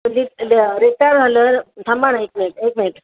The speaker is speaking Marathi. रिटायर झाल्यावर थांबा ना एक मिनिट एक मिनिट